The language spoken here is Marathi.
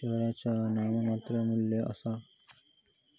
शेअरचा नाममात्र मू्ल्य आसा